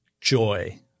joy